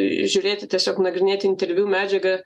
žiūrėti tiesiog nagrinėti interviu medžiagą